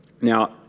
Now